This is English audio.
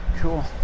Cool